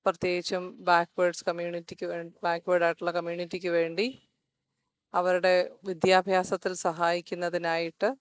പ്രത്യേകിച്ചും backwards കമ്മ്യൂണിറ്റിക്ക് ബാക്ക് വേഡായിട്ടുള്ള കമ്മ്യൂണിറ്റിക്ക് വേണ്ടി അവരുടെ വിദ്യാഭ്യാസത്തിൽ സഹായിക്കുന്നതിനായിട്ട്